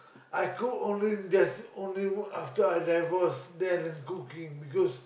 I cook only that's only after I divorced then I learn cooking because